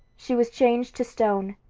she was changed to stone,